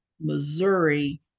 Missouri